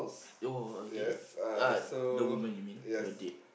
you're a gay uh the woman you mean your date